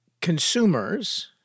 consumers